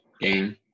game